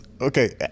Okay